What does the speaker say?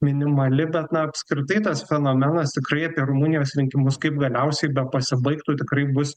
minimali bet na apskritai tas fenomenas tikrai apie rumunijos rinkimus kaip galiausiai bepasibaigtų tikrai bus